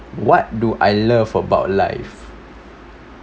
what do I love about life